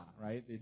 right